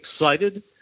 excited